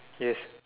yes